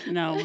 no